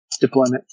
deployment